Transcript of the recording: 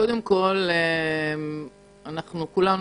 כולנו